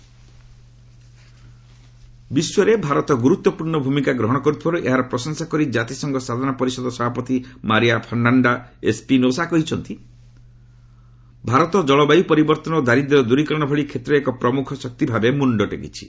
UN ପ୍ରେକ୍ India ବିଶ୍ୱରେ ଭାରତ ଗୁରୁତ୍ୱପୂର୍ଣ୍ଣ ଭୂମିକା ଗ୍ରହଣ କରୁଥିବାରୁ ଏହାର ପ୍ରଶଂସା କରି କାତିସଂଘ ସାଧାରଣ ପରିଷଦ ସଭାପତି ମାରିଆ ଫର୍ଶ୍ଣାଣ୍ଡା ଏସ୍ପିନୋସା କହିଛନ୍ତି ଭାରତ ଜଳବାୟୁ ପରିବର୍ତ୍ତନ ଓ ଦାରିଦ୍ର୍ୟ ଦୂରିକରଣ ଭଳି କ୍ଷେତ୍ରରେ ଏକ ପ୍ରମୁଖ ଶକ୍ତି ଭାବେ ମୁଣ୍ଡ ଟେକିଛି